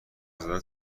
زدن